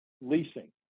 leasing